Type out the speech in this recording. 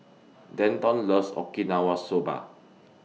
Denton loves Okinawa Soba